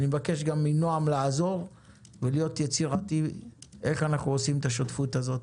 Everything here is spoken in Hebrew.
אני מבקש גם מנעם לעזור ולהיות יצירתי איך אנחנו עושים את השותפות הזאת,